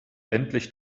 endlich